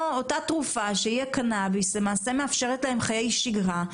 והקנביס מאפשר להם חיי שגרה.